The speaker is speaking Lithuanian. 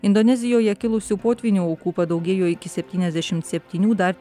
indonezijoje kilusių potvynių aukų padaugėjo iki septyniasdešimt septynių dar